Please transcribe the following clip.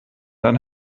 dann